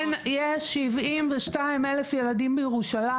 יש 72 אלף ילדים בירושלים,